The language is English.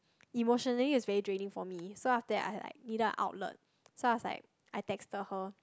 emotionally it's very draining for me so after that I like needed a outlet so I was like I texted her